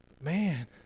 Man